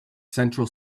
central